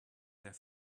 their